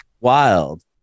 wild